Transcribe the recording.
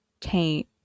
taint